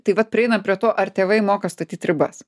tai vat prieinam prie to ar tėvai moka statyt ribas